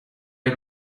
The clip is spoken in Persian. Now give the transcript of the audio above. این